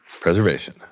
Preservation